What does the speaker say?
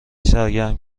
سرگرم